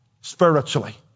spiritually